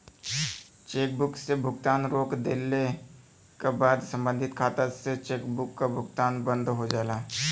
chequebook से भुगतान रोक देले क बाद सम्बंधित खाता से चेकबुक क भुगतान बंद हो जाला